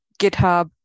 GitHub